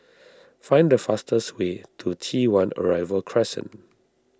find the fastest way to T one Arrival Crescent